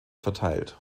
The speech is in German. verteilt